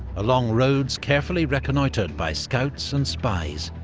along roads carefully reconnoitred by scouts and spies.